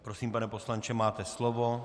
Prosím, pane poslanče, máte slovo.